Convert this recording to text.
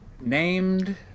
named